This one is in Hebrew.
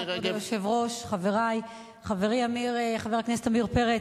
כבוד היושב-ראש, חברי, חברי חבר הכנסת עמיר פרץ,